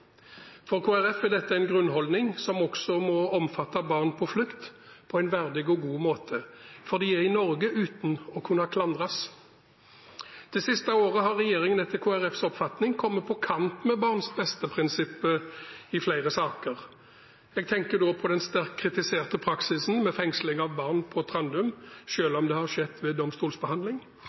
Kristelig Folkeparti er dette en grunnholdning, som også må omfatte barn på flukt på en verdig og god måte, for de er i Norge uten å kunne klandres. Det siste året har regjeringen etter Kristelig Folkepartis oppfatning kommet på kant med barns beste-prinsippet i flere saker. Jeg tenker da på den sterkt kritiserte praksisen med fengsling av barn på Trandum, selv om det har skjedd ved domstolsbehandling.